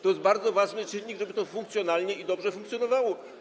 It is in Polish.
To jest bardzo ważny czynnik, żeby to było funkcjonalne i dobrze funkcjonowało.